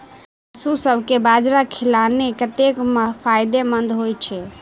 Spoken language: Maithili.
पशुसभ केँ बाजरा खिलानै कतेक फायदेमंद होइ छै?